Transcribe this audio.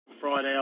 Friday